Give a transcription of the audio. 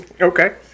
okay